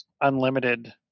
unlimited